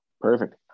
Perfect